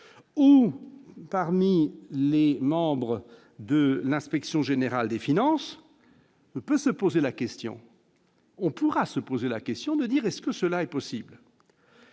ou parmi les membres de l'Inspection générale des finances, peut se poser la question. On pourra se poser la question de dire est-ce que cela est possible.